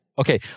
Okay